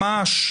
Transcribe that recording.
ממש.